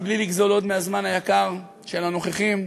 מבלי לגזול עוד מהזמן היקר של הנוכחים,